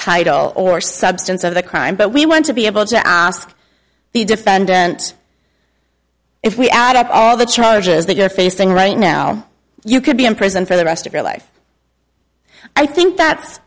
title or substance of the crime but we want to be able to ask the defendant if we add up all the charges that you're facing right now you could be in prison for the rest of your life i think that's